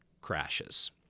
crashes